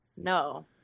No